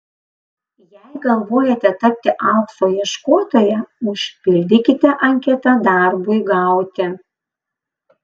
jei galvojate tapti aukso ieškotoja užpildykite anketą darbui gauti